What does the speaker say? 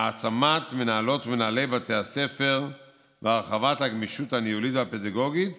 העצמת מנהלות ומנהלי בתי הספר והרחבת הגמישות הניהולית והפדגוגית